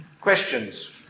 Questions